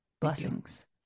Blessings